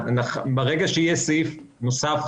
ברגע שיהיה סעיף נוסף,